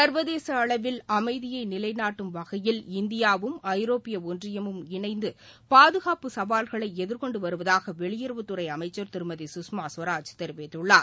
சர்வதேச அளவில் அமைதியை நிலைநாட்டும் வகையில் இந்தியாவும் ஐரோப்பிய யூனியனும் இணைந்து பாதுகாப்பு சவால்களை எதிர்கொண்டு வருவதாக வெளியுறவுத் துறை அமைச்சர் திருமதி குஷ்மா ஸ்வராஜ் தெரிவித்துள்ளார்